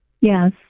Yes